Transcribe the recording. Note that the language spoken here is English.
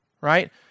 right